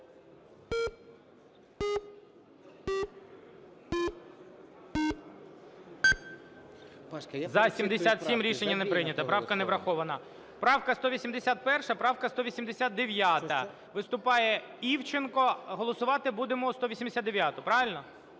За-77 Рішення не прийнято. Правка не врахована. Правка 181, правка 189. Виступає Івченко, голосувати будемо 189-у, правильно?